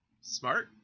Smart